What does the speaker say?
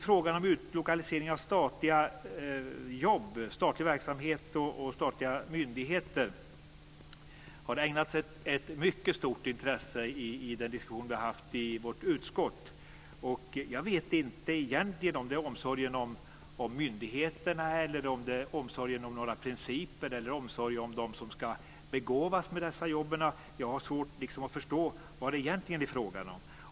Frågan om utlokalisering av statliga jobb, statlig verksamhet och statliga myndigheter har ägnats ett mycket stort intresse i den diskussion som vi har haft i vårt utskott. Jag vet inte egentligen om det handlar om omsorgen om myndigheterna, omsorgen om några principer eller omsorgen om dem som ska begåvas med dessa jobb. Jag har svårt att förstå vad det egentligen är fråga om.